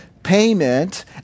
Payment